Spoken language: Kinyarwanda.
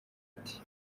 ati